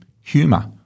humour